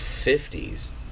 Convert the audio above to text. fifties